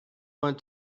want